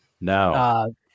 No